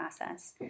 process